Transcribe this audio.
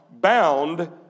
Bound